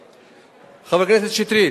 חבר הכנסת שטרית,